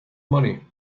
money